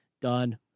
Done